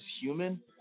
human